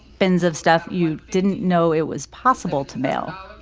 bins of stuff you didn't know it was possible to mail,